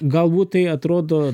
galbūt tai atrodo